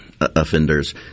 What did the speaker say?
offenders